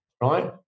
right